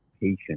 patient